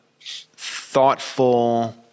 thoughtful